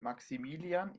maximilian